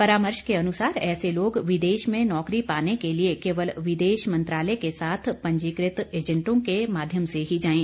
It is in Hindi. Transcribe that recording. परामर्श के अनुसार ऐसे लोग विदेश में नौकरी पाने के लिए केवल विदेश मंत्रालय के साथ पंजीकृत एजेंटों के माध्यम से ही जाएं